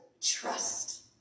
trust